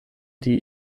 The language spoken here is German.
die